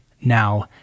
now